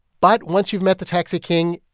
but once you've met the taxi king,